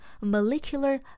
molecular